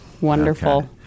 Wonderful